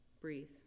Breathe